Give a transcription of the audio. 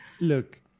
look